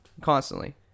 constantly